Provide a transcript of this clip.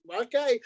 Okay